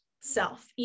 self